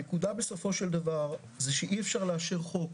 הנקודה בסופו של דבר זה שאי אפשר לאשר חוק